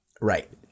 Right